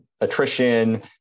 attrition